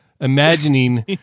imagining